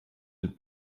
den